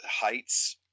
heights